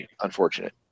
unfortunate